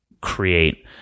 create